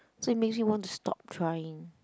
so it makes me want to stop trying